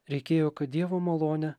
reikėjo kad dievo malone